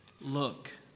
look